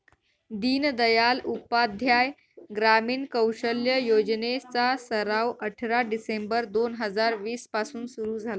दीनदयाल उपाध्याय ग्रामीण कौशल्य योजने चा सराव अठरा डिसेंबर दोन हजार वीस पासून सुरू झाला